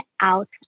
out